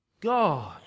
God